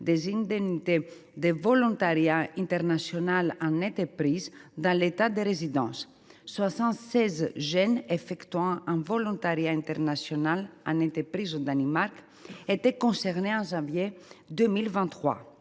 des indemnités de volontariat international en entreprise dans l’État de résidence. Quelque 76 jeunes effectuant un volontariat international en entreprise au Danemark étaient concernés en janvier 2023.